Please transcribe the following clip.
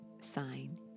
sign